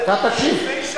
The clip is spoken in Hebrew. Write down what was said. אתה תשיב.